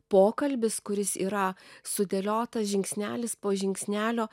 pokalbis kuris yra sudėliotas žingsnelis po žingsnelio